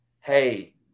hey